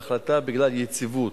המדינה כדי להכינה לקריאה שנייה ושלישית.